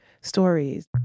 stories